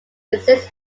essex